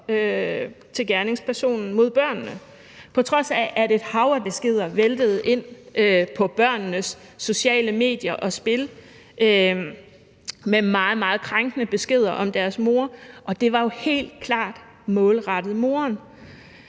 til gerningspersonen mod at opsøge børnene, på trods af at et hav af beskeder væltede ind på børnenes sociale medier og spil med meget, meget krænkende beskeder om deres mor. Og det var jo helt klart målrettet moren.